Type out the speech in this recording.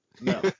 No